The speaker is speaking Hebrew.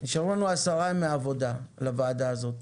ימי עבודה בוועדה הזאת,